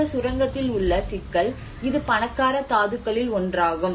இந்த சுரங்கத்தில் உள்ள சிக்கல் இது பணக்கார தாதுக்களில் ஒன்றாகும்